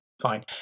fine